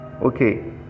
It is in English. Okay